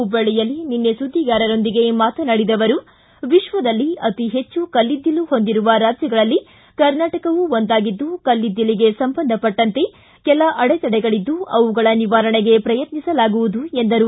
ಹುಬ್ವಳ್ಳಿಯಲ್ಲಿ ನಿನ್ನೆ ಸುದ್ದಿಗಾರರೊಂದಿಗೆ ಮಾತನಾಡಿದ ಅವರು ವಿಶ್ವದಲ್ಲಿ ಅತಿ ಹೆಚ್ಚು ಕಲ್ಲಿದ್ದಿಲ್ಲು ಹೊಂದಿರುವ ರಾಜ್ಯಗಳಲ್ಲಿ ಕರ್ನಾಟಕವೂ ಒಂದಾಗಿದ್ದು ಕಲ್ಲಿದ್ದಿಲಿಗೆ ಸಂಬಂಧಪಟ್ಟಂತೆ ಕೆಲ ಅಡೆತಡೆಗಳದ್ದು ಅವುಗಳ ನಿವಾರಣೆಗೆ ಪ್ರಯತ್ನಿಸಲಾಗುವುದು ಎಂದರು